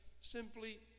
simply